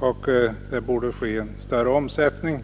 och att det borde ske en större omsättning.